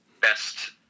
best